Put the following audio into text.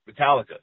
Metallica